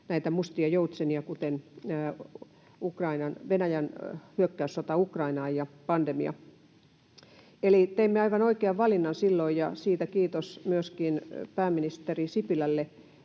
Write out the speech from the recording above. näitä mustia joutsenia, kuten Venäjän hyökkäyssota Ukrainaan ja pandemia. Eli teimme aivan oikean valinnan silloin, ja siitä kiitos myöskin pääministeri Sipilälle,